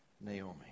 Naomi